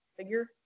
figure